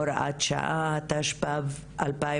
הוראת שעה), התשפ"ב-2021.